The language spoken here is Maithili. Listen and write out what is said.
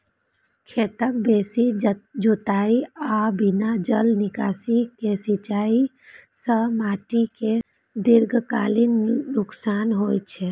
खेतक बेसी जुताइ आ बिना जल निकासी के सिंचाइ सं माटि कें दीर्घकालीन नुकसान होइ छै